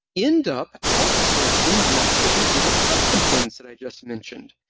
end up outsourcing lots of these little subcomponents that i just mentioned.